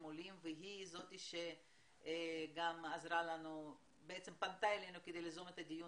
עולים והיא זאת שגם פנתה אלינו כדי ליזום את הדיון